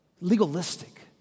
Legalistic